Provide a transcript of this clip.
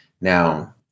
Now